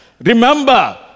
remember